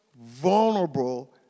vulnerable